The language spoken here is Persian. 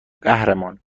قهرمان